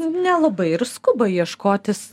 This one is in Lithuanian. nelabai ir skuba ieškotis